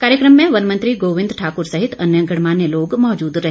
कार्यक्रम में वन मंत्री गोविंद ठाकुर सहित अन्य गणमान्य लोग मौजूद रहे